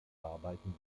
arbeiten